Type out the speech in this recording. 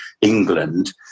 England